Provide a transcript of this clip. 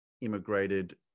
immigrated